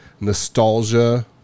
nostalgia